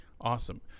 Awesome